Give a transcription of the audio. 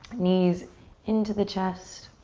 knees into the chest.